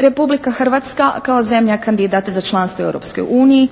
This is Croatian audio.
Republika Hrvatska kao zemlja kandidat za članstvo u Europskoj uniji